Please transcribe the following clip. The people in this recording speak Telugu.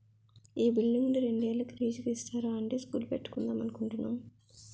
ఈ బిల్డింగును రెండేళ్ళకి లీజుకు ఇస్తారా అండీ స్కూలు పెట్టుకుందాం అనుకుంటున్నాము